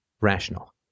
rational